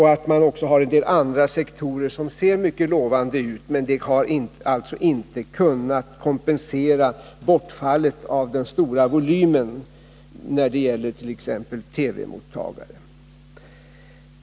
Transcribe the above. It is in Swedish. Man har också en del andra sektorer som ser mycket lovande ut. Men detta har alltså inte kunnat kompensera bortfallet av den stora volymen när det t.ex. gäller TV-mottagare.